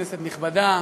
כנסת נכבדה,